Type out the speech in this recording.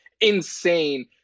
insane